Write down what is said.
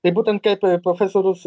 tai būtent kaip profesorius